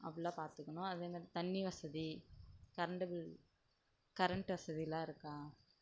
அப்பிடில்லாம் பாத்துக்கணும் அதேமாரி தண்ணி வசதி கரெண்ட்டு பில் கரெண்ட் வசதிலாம் இருக்கா